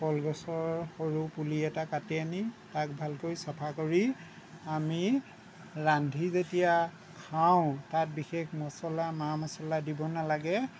কলগছৰ সৰু পুলি এটা কাটি আনি তাক ভালকৈ চফা কৰি আমি ৰান্ধি যেতিয়া খাওঁ তাত বিশেষ মছলা মা মছলা দিব নালাগে